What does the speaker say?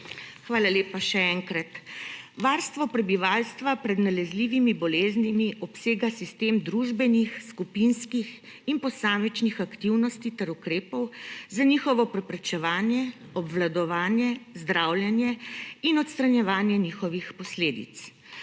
Hvala lepa še enkrat. Varstvo prebivalstva pred nalezljivimi boleznimi obsega sistem družbenih, skupinskih in posamičnih aktivnosti ter ukrepov za njihovo preprečevanje, obvladovanje, zdravljenje in odstranjevanje njihovih posledic.